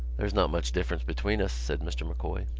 there's not much difference between us, said mr. m'coy.